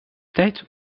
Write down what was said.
tijd